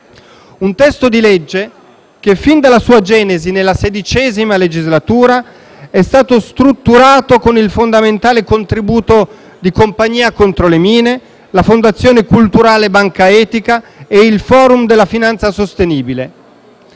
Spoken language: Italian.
un testo di legge che fin dalla sua genesi, nella XVI legislatura, è stato strutturato con il fondamentale contributo di Campagna italiana contro le mine, della fondazione culturale Banca Etica e del Forum per la finanza sostenibile.